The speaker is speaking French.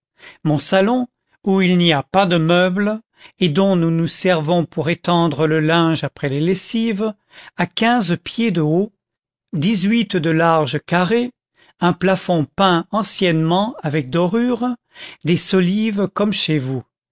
mon salon où il n'y a pas de meubles et dont nous nous servons pour étendre le linge après les lessives a quinze pieds de haut dix-huit de large carrés un plafond peint anciennement avec dorure des solives comme chez vous